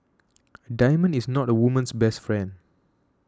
diamond is not a woman's best friend